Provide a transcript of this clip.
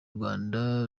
rwanda